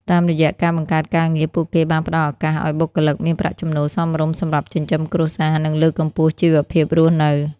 តាមរយៈការបង្កើតការងារ ពួកគេបានផ្ដល់ឱកាសឱ្យបុគ្គលិកមានប្រាក់ចំណូលសមរម្យសម្រាប់ចិញ្ចឹមគ្រួសារ និងលើកកម្ពស់ជីវភាពរស់នៅ។